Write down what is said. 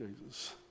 Jesus